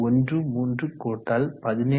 13 கூட்டல் 17